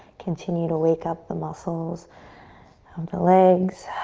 continue to wake up the muscles of the legs.